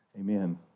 amen